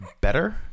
better